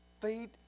feed